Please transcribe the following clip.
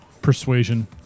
Persuasion